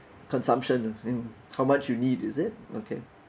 consumption mm how much you need is it okay